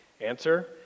Answer